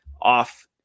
off